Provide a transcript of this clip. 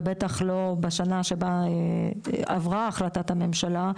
ובטח שלא בשנה שבה עברה החלטת הממשלה,